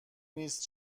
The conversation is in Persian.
نیست